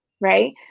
right